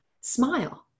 smile